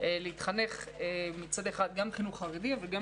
שילדיהם יתחנכו גם חינוך חרדי אבל גם